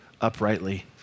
uprightly